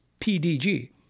PDG